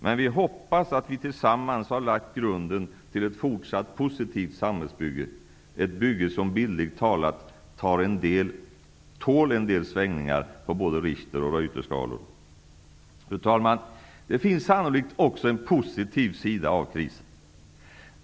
Men vi hoppas att vi tillsammans har lagt grunden till ett fortsatt positivt samhällsbygge, ett bygge som bildligt talat tål en del svängningar på både Richteroch Reuterskalor. Fru talman! Det finns sannolikt också en positiv sida av krisen.